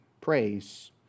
praise